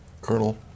Colonel